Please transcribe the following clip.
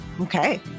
Okay